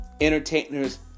entertainers